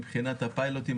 מבחינת הפיילוטים.